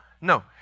No